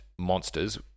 Monsters